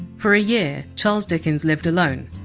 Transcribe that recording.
for a year, charles dickens lived alone,